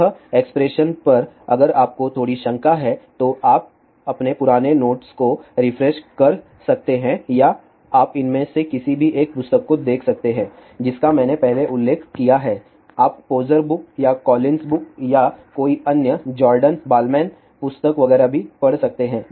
यह एक्सप्रेशन पर अगर आपको थोड़ी शंका है तो आप अपने पुराने नोट्स को रिफ्रेश कर सकते हैं या आप इनमें से किसी भी एक पुस्तक को देख सकते हैं जिसका मैंने पहले उल्लेख किया है आप पोजर बुक या कॉलिन्स बुक या कोई अन्य जॉर्डन बालमैन पुस्तक वगैरह भी पढ़ सकते हैं